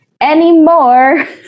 anymore